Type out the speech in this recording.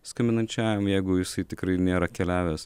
skambinančiajam jeigu jisai tikrai nėra keliavęs